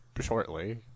shortly